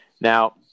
Now